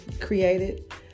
created